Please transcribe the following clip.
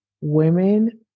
women